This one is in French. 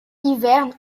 hiverne